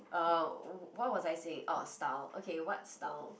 um wh~ what was I saying oh style okay what style